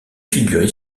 figure